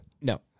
No